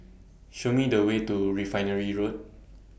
Show Me The Way to Refinery Road